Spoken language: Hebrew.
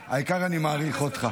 משנה, העיקר שאני מעריך אותך.